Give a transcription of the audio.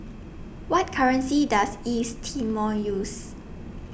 What currency Does East Timor use